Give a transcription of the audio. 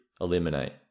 Eliminate